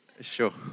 Sure